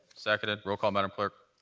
seconded. roll call, madam clerk.